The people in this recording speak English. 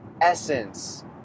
essence